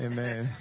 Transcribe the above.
Amen